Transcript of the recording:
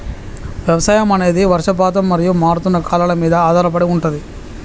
వ్యవసాయం అనేది వర్షపాతం మరియు మారుతున్న కాలాల మీద ఆధారపడి ఉంటది